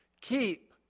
keep